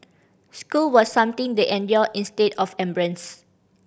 school was something they endured instead of embraced